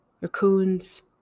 raccoons